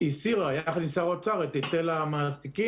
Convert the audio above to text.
הסירה יחד עם שר האוצר את היטל המעסיקים